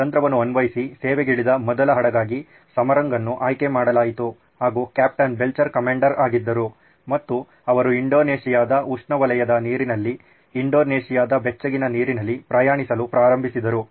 ಈ ತಂತ್ರವನ್ನು ಅನ್ವಯಿಸಿ ಸೇವೆಗಿಳಿದ ಮೊದಲ ಹಡಗಾಗಿ ಸಮರಂಗ್ ನ್ನು ಆಯ್ಕೆ ಮಾಡಲಾಯಿತು ಹಾಗೂ ಕ್ಯಾಪ್ಟನ್ ಬೆಲ್ಚರ್ ಕಮಂಡರ್ ಆಗಿದ್ದರು ಮತ್ತು ಅವರು ಇಂಡೋನೇಷ್ಯಾದ ಉಷ್ಣವಲಯದ ನೀರಿನಲ್ಲಿ ಇಂಡೋನೇಷ್ಯಾದ ಬೆಚ್ಚಗಿನ ನೀರಿನಲ್ಲಿ ಪ್ರಯಾಣಿಸಲು ಪ್ರಾರಂಭಿಸಿದರು